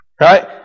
Right